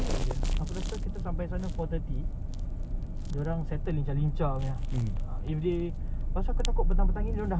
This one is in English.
five thirty yang bila aku call aku dah bilang aku tadi four thirty tunggu kau sampai five thirty sia tu lah kau tak datang aku need to make move sekejap lepas tu patah balik ah